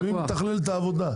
אבל מי מתכלל את העבודה?